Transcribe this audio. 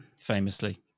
famously